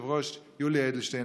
היושב-ראש יולי אדלשטיין,